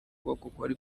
ukuboko